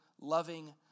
loving